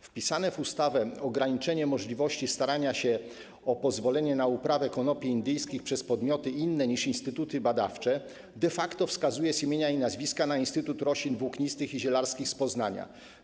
Wpisane w ustawę ograniczenie możliwości starania się o pozwolenie na uprawę konopi indyjskich przez podmioty inne niż instytuty badawcze de facto wskazuje z imienia i nazwiska Instytut Roślin Włóknistych i Zielarskich z Poznania.